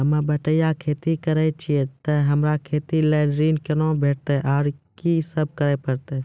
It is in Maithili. होम बटैया खेती करै छियै तऽ हमरा खेती लेल ऋण कुना भेंटते, आर कि सब करें परतै?